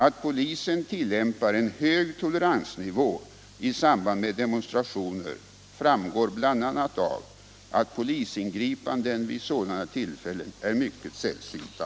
Att polisen tillämpar en hög toleransnivå i samband med demonstrationer framgår bl.a. av att polisingripanden vid sådana tillfällen är mycket sällsynta.